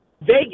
Vegas